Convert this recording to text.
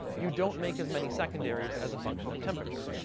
you don't make as many secondaries as a function of temperature.